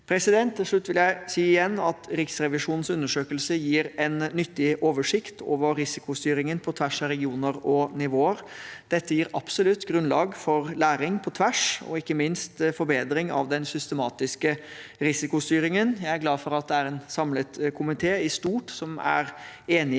Til slutt vil jeg igjen si at Riksrevisjonens undersøkelse gir en nyttig oversikt over risikostyringen på tvers av regioner og nivåer. Dette gir absolutt grunnlag for læring på tvers og ikke minst forbedring av den systematiske risikostyringen. Jeg er glad for at det i stort er en samlet komité som er enig